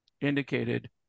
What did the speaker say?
indicated